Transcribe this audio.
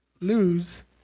lose